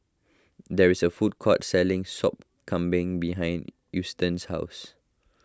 there is a food court selling Sop Kambing behind Eustace's house